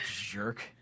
Jerk